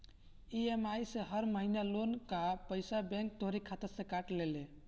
EMI से हर महिना लोन कअ पईसा बैंक तोहरी खाता से काट लेले